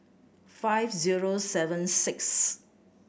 five zero seven six